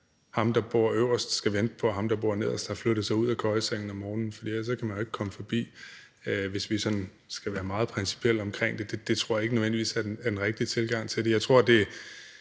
at ham, der bor øverst, skal vente på, at ham, der bor nederst, har flyttet sig ud af køjesengen om morgenen, for ellers kan man jo ikke komme forbi – hvis vi sådan skal være meget principielle omkring det. Det tror jeg ikke nødvendigvis er den rigtige tilgang til det.